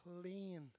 clean